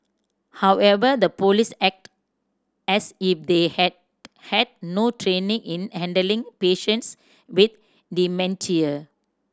however the police acted as if they had had no training in handling patients with dementia